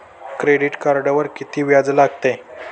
Credit कार्डवर किती व्याज लागते?